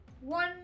one